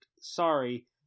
sorry